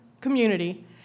community